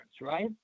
right